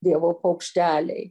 dievo paukšteliai